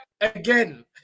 again